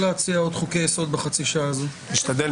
(הישיבה נפסקה בשעה 13:19 ונתחדשה